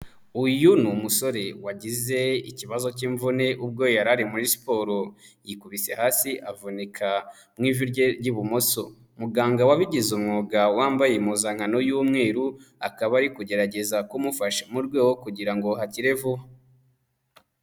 Uyu ni umusore wagize ikibazo cy'imvune ubwo yari ari muri siporo, yikubise hasi avunika mu ivi rye ry'ibumoso, muganga wabigize umwuga wambaye impuzankano y'umweru akaba ari kugerageza kumufasha mu rwego rwo kugira ngo hakire vuba.